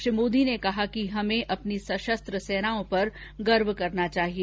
श्री मोदी ने कहा कि हमें अपनी सशस्त्र सेनाओं पर गर्व करना चाहिए